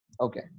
okay